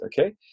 Okay